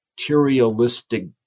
materialistic